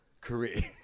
career